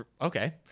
Okay